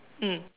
mm